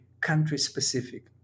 country-specific